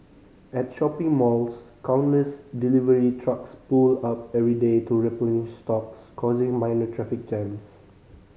at shopping malls countless delivery trucks pull up every day to replenish stocks causing minor traffic jams